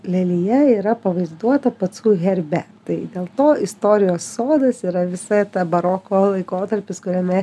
lelija yra pavaizduota pacų herbe tai dėl to istorijos sodas yra visa ta baroko laikotarpis kuriame